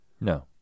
No